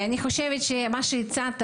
אני חושבת שמה שהצעת,